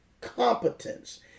competence